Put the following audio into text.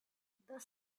thus